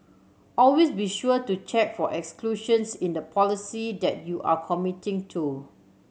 always be sure to check for exclusions in the policy that you are committing to